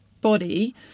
body